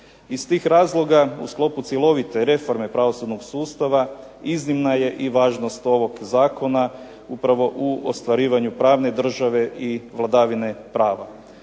Iz tih razloga u sklopu cjelovite reforme pravosudnog sustava iznimna je i važnost ovog zakona upravo u ostvarivanju pravne države i vladavine prava.